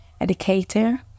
educator